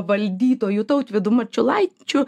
valdytoju tautvydu marčiulaičiu